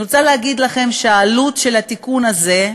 אני רוצה להגיד לכם שהעלות של התיקון הזה,